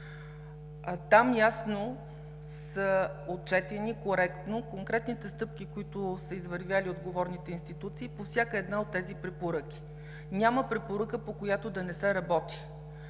Там ясно са отчетени коректно конкретните стъпки, които са извървели отговорните институции по всяка една от тези препоръки. Няма препоръка, по която да не се работи!